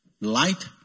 Light